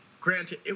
granted